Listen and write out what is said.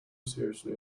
seriously